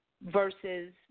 versus